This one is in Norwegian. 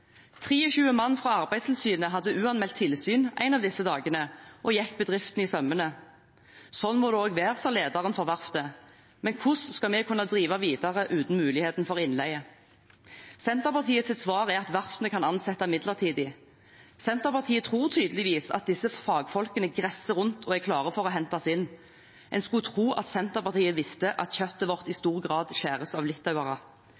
mann fra Arbeidstilsynet hadde uanmeldt tilsyn en av disse dagene og gikk bedriften etter i sømmene. Slik må det også være, sa lederen for verftet, men hvordan skal vi kunne drive videre uten muligheten for innleie? Senterpartiets svar er at verftene kan ansette midlertidig. Senterpartiet tror tydeligvis at disse fagfolkene gresser rundt og er klare for å hentes inn. En skulle tro at Senterpartiet visste at kjøttet vårt i stor grad skjæres av litauere.